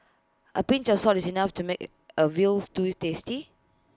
A pinch of salt is enough to make A Veal Stew tasty